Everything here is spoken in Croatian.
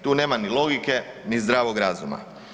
Tu nema ni logike ni zdravog razuma.